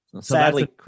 Sadly